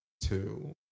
two